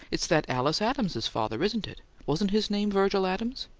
it's that alice adams's father, isn't it? wasn't his name virgil adams?